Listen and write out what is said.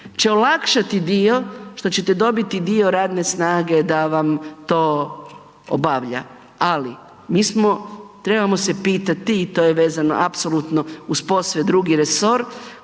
će olakšati dio što ćete dobiti dio radne snage da vam to obavlja, ali mi smo, trebamo se pitati i to je vezano apsolutno uz posve drugi resor